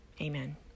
Amen